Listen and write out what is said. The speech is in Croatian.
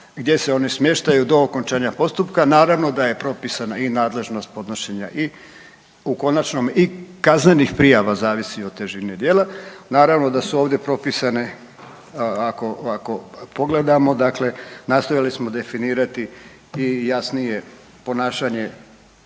gdje se one smještaju do okončanja postupka. Naravno da je propisana i nadležnost podnošenja i u konačnome i kaznenih prijava zavisi od težini djela. Naravno da su ovdje propisane ako pogledamo, dakle nastojali smo definirati i jasnije ponašanje